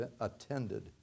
attended